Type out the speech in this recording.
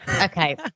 Okay